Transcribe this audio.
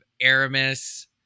Aramis